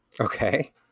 Okay